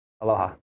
Aloha